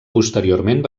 posteriorment